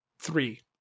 three